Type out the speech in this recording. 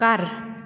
ਘਰ